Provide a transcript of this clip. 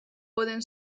poden